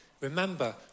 Remember